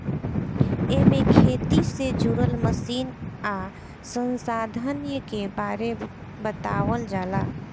एमे खेती से जुड़ल मशीन आ संसाधन के बारे बतावल जाला